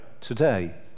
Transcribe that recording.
today